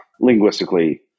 linguistically